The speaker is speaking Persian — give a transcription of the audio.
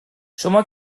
شما